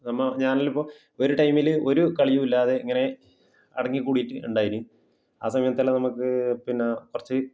നമ്മൾ ഞാൻ എല്ലാമിപ്പോൾ ഒരു ടൈമിൽ ഒരു കളിയുമില്ലാതെ ഇങ്ങനെ അടങ്ങി കൂടിയിട്ട് ഉണ്ടായിന് ആ സമയത്തെല്ലാം നമുക്ക് പിന്നെ കുറച്ച്